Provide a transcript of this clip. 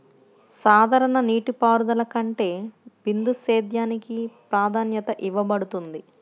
సాధారణ నీటిపారుదల కంటే బిందు సేద్యానికి ప్రాధాన్యత ఇవ్వబడుతుంది